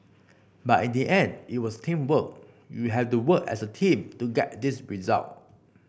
but in the end it was teamwork you have to work as a team to get this result